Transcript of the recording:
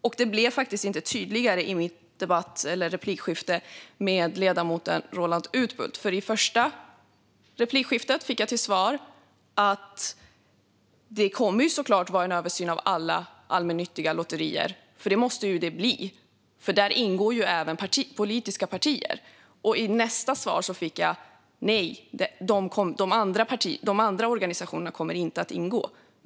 Och det blev faktiskt inte tydligare i mitt replikskifte med ledamoten Roland Utbult. I första replikskiftet fick jag till svar att det såklart kommer att vara en översyn av alla allmännyttiga lotterier. Det måste det bli, för där ingår även politiska partier. Och i nästa svar fick jag höra: Nej, de andra organisationerna kommer inte att ingå.